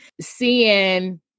Seeing